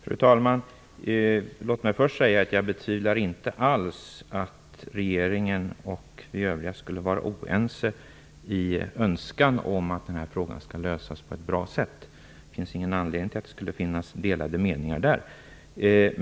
Fru talman! Låt mig först säga att jag alls inte betvivlar att regeringen och vi övriga inte skulle vara ense beträffande önskan om att den här frågan kan lösas på ett bra sätt. Det finns ingen anledning till delade meningar där.